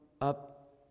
up